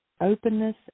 openness